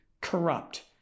corrupt